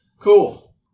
Cool